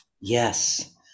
Yes